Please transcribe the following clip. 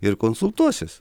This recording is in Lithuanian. ir konsultuosis